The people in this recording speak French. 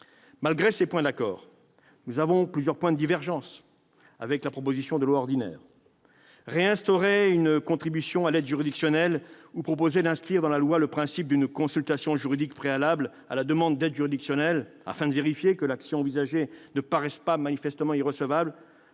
Malgré ces points d'accord, nous avons plusieurs points de divergence avec la proposition de loi ordinaire. La réinstauration d'une contribution à l'aide juridictionnelle et l'inscription dans la loi du principe d'une consultation juridique préalable à la demande d'aide juridictionnelle afin de vérifier que l'action envisagée ne paraît pas manifestement irrecevable